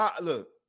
look